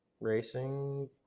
racing